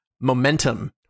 Momentum